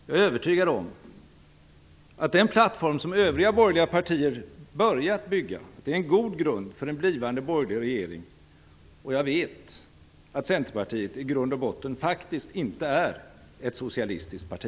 Jag är övertygad om att den plattform som övriga borgerliga partier börjat bygga är en god grund för en blivande borgerlig regering, och jag vet att Centerpartiet i grund och botten faktiskt inte är ett socialistiskt parti.